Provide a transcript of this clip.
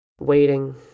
waiting